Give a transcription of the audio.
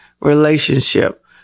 relationship